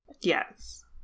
yes